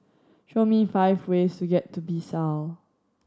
show me five ways to get to Bissau